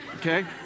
Okay